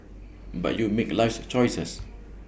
but you make life's choices